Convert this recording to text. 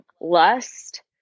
lust